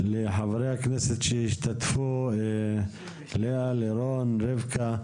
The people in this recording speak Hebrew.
לחברי הכנסת שהשתתפו, ללאה, ללירון, לרבקה,